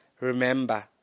Remember